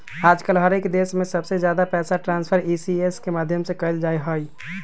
आजकल हर एक देश में सबसे ज्यादा पैसा ट्रान्स्फर ई.सी.एस के माध्यम से कइल जाहई